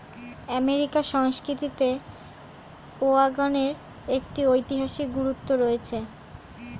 আমেরিকার সংস্কৃতিতে ওয়াগনের একটি ঐতিহাসিক গুরুত্ব রয়েছে